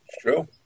True